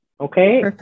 Okay